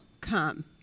come